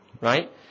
right